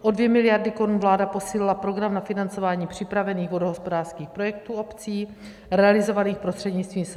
O 2 mld. korun vláda posílila program na financování připravených vodohospodářských projektů obcí realizovaných prostřednictvím SPŽP.